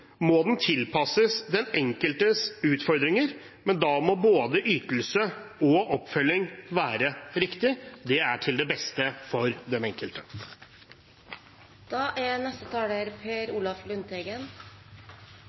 må den tilpasses den enkeltes utfordringer, men da må både ytelse og oppfølging være riktig. Det er til det beste for den